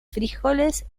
frijoles